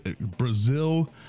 Brazil